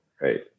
right